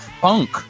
Funk